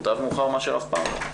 מוטב מאוחר מאשר אף פעם לא,